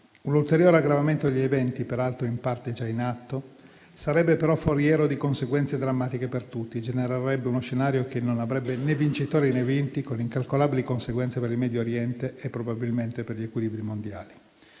Un ulteriore aggravamento degli eventi, peraltro in parte già in atto, sarebbe però foriero di conseguenze drammatiche per tutti e genererebbe uno scenario che non avrebbe né vincitori né vinti, con incalcolabili conseguenze per il Medio Oriente e probabilmente per gli equilibri mondiali.